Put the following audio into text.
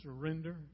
surrender